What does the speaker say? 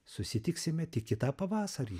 susitiksime tik kitą pavasarį